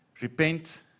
Repent